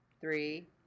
three